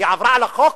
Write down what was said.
היא עברה על החוק?